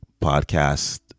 podcast